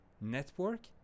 network